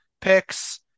picks